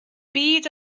byd